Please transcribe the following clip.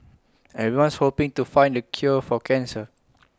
everyone's hoping to find the cure for cancer